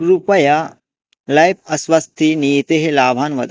कृपया लैफ़् अस्वस्थनीतिः लाभान् वद